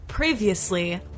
Previously